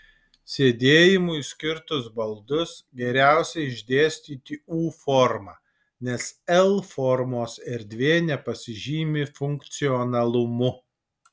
sėdėjimui skirtus baldus geriausia išdėstyti u forma nes l formos erdvė nepasižymi funkcionalumu